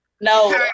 no